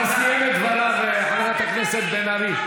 הוא כבר סיים את דבריו, חברת הכנסת בן ארי.